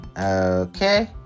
Okay